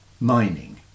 mining